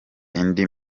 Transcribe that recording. indi